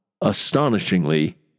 Astonishingly